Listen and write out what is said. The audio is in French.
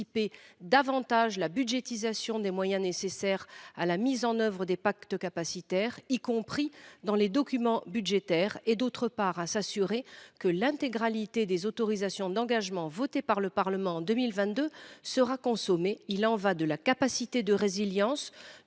davantage la budgétisation des moyens nécessaires à la mise en œuvre des pactes capacitaires, y compris dans les documents budgétaires, et, d’autre part, à s’assurer que l’intégralité des autorisations d’engagement votées par le Parlement en 2022 seront consommées. Il y va de la capacité de résilience